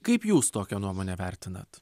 kaip jūs tokią nuomonę vertinat